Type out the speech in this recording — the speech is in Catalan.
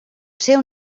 seu